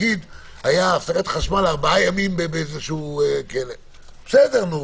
הייתה לי שיחה מקדימה עם מישהו בשב"ס, אמרו